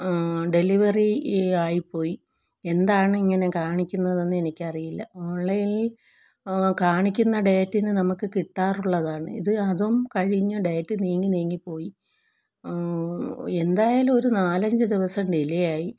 delivery ആയിപ്പോയി എന്താണിങ്ങനെ കാണിക്കുന്നതെന്ന് എനിക്കറിയില്ല ഓൺലൈനിൽ കാണിക്കുന്ന ഡേറ്റിന് നമുക്ക് കിട്ടാറുള്ളതാണ് ഇത് അതും കഴിഞ്ഞ് ഡേറ്റ് നീങ്ങിനീങ്ങി പോയി എന്തായാലും ഒര് നാലഞ്ച് ദിവസം ഡിലെ ആയി